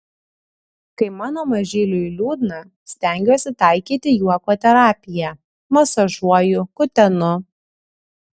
kai mano mažyliui liūdna stengiuosi taikyti juoko terapiją masažuoju kutenu